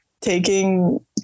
taking